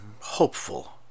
hopeful